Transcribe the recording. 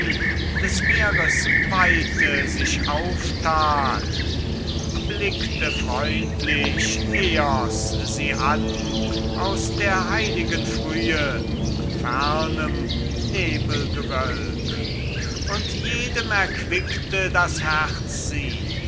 des meeres weite sich auftat blickte freundlich eos sie an aus der heiligen frühe fernem nebelgewölk und jedem erquickte das herz sie